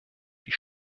die